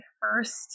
first